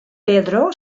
pedro